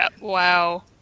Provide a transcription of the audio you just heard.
Wow